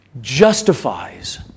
justifies